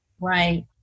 Right